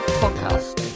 podcast